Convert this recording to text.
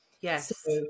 Yes